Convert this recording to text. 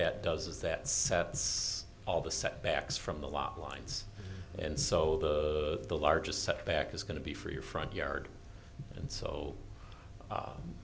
that does is that sets all the set backs from the lot lines and so the the largest setback is going to be for your front yard and so